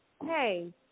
hey